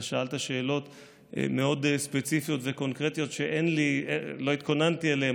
אתה שאלת שאלות מאוד ספציפיות וקונקרטיות שלא התכוננתי אליהן,